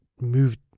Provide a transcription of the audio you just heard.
moved